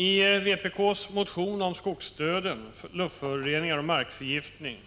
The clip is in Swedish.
I vpk:s motion om skogsdöden, luftföroreningar och markförgiftning